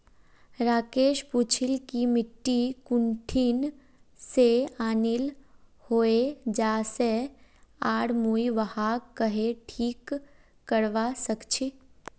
राकेश पूछिल् कि मिट्टी कुठिन से आनिल हैये जा से आर मुई वहाक् कँहे ठीक करवा सक छि